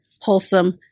wholesome